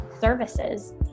services